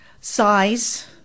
size